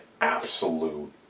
absolute